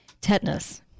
Tetanus